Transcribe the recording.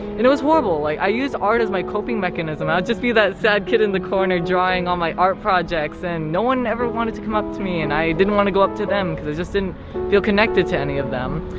and it was horrible. i i use art as my coping mechanism. i would just be that sad kid in the corner drawing all my art projects and no one ever wanted to come up to me and i didn't want to go up to them because i just didn't feel connected to any of them.